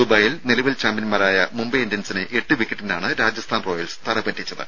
ദുബായിൽ നിലവിൽ ചാമ്പ്യന്മാരായ മുംബൈ ഇന്ത്യൻസിനെ എട്ട് വിക്കറ്റിനാണ് രാജസ്ഥാൻ റോയൽസ് തറ പറ്റിച്ചത്